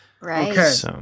Right